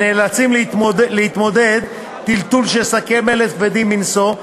הנאלצים להתמודד עם טלטול שקי מלט כבדים מנשוא,